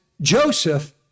Joseph